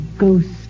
ghost